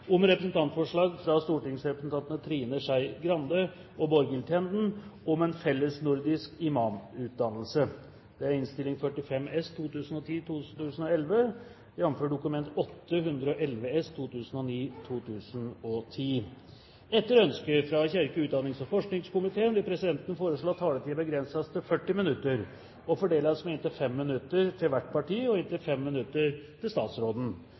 om å redusere sykefraværet gjennom en bedre utnyttelse av «Raskere tilbake»-ordningen. Forslagene vil bli behandlet på reglementsmessig måte. Etter ønske fra kirke-, utdannings- og forskningskomiteen vil presidenten foreslå at debatten begrenses til 40 minutter og fordeles med inntil 5 minutter til hvert parti og inntil 5 minutter til statsråden.